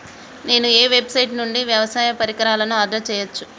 నేను ఏ వెబ్సైట్ నుండి వ్యవసాయ పరికరాలను ఆర్డర్ చేయవచ్చు?